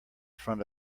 front